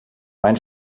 mein